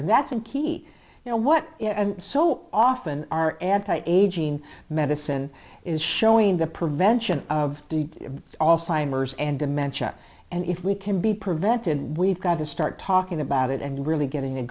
and that's a key now what so often are anti aging medicine is showing the prevention of all simers and dementia and if we can be prevented we've got to start talking about it and really gettin